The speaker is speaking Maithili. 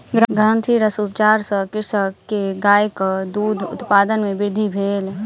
ग्रंथिरस उपचार सॅ कृषक के गायक दूध उत्पादन मे वृद्धि भेल